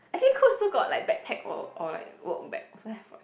actually Coach also got like bag pack or or like work bag also have [what]